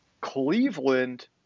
Cleveland